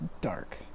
dark